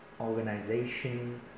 organization